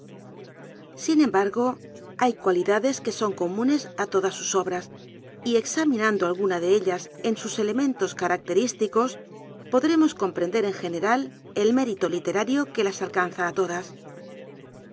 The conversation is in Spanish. sin embargo hay cualidades que son comunes á todas sus obras y examinando alguna de ellas en sus elementos característicos podremos comprender en general el mórilo literario que las alcanza ú lodas